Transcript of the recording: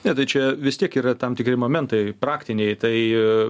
ne tai čia vis tiek yra tam tikri momentai praktiniai tai